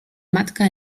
matka